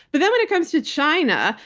but then when it comes to china,